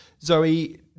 Zoe